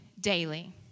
daily